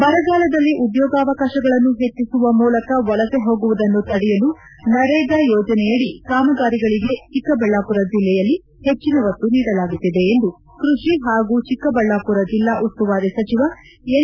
ಬರಗಾಲದಲ್ಲಿ ಉದ್ಯೋಗವಕಾಶಗಳನ್ನು ಹೆಚ್ಚಿಸುವ ಮೂಲಕ ವಲಸೆ ಹೋಗುವುದನ್ನು ತಡೆಯಲು ನರೇಗಾ ಯೋಜನೆಯದ ಕಾಮಗಾರಿಗಳಿಗೆ ಚಿಕ್ಕಬಳ್ಯಾಪುರ ಜಿಲ್ಲೆಯಲ್ಲಿ ಹೆಚ್ಚಿನ ಒತ್ತು ನೀಡಲಾಗುತ್ತಿದೆ ಎಂದು ಕೃಷಿ ಹಾಗೂ ಚಿಕ್ಕಬಳ್ಯಾಪುರ ಜೆಲ್ಲಾ ಉಸ್ತುವಾರಿ ಸಚಿವ ಎನ್